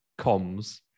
comms